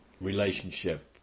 relationship